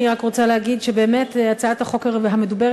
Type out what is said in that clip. אני רק רוצה להגיד שבאמת הצעת החוק המדוברת